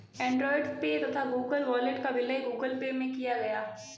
Android Pay तथा Google Wallet का विलय गूगल पे में किया गया